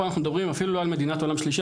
פה אנחנו מדברים אפילו לא על מדינת עולם שלישי,